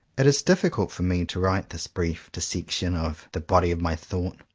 it is difficult for me to write this brief dissection of the body of my thought,